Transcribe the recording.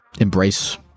embrace